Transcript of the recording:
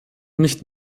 nicht